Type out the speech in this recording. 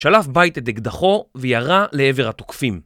שלף בית את אקדחו וירע לעבר התוקפים.